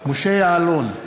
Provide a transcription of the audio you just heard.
משה יעלון,